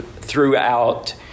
throughout